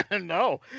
no